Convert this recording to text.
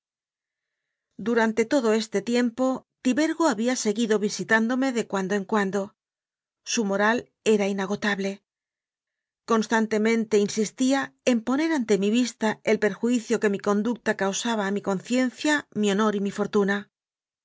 durante todo este tiempo tibergo había segui do visitándome de cuando en cuando su moral era inagotable constantemente insistía en poner ante mi vista el perjuicio que mi conducta causaba a mi conciencia mi honor y mi fortuna